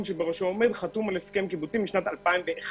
בראשו הוא עומד חתום על הסכם קיבוצי משנת 2011